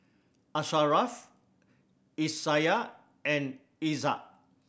Asharaff Aisyah and Izzat